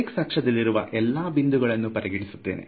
X ಅಕ್ಷದಲ್ಲಿರುವ ಎಲ್ಲಾ ಬಿಂದುಗಳನ್ನು ಪರಿಗಣಿಸಿದ್ದೇನೆ